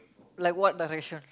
like what direction